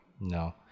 No